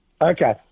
Okay